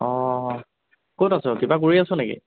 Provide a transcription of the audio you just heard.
অঁ ক'ত আছ কিবা কৰি আছ নেকি